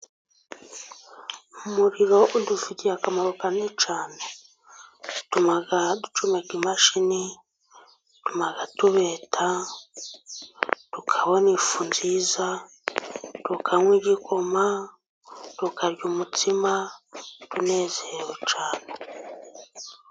Umuriro udufigiyeye akamaro kanini cyane. Utuma ducomeka imashini, utuma tubeta, tukabona ifu nziza, tukanywa igikoma, tukarya umutsima, tunezerewe cyane.